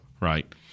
right